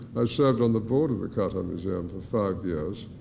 i served on the board of the qatar museum for five years,